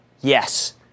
yes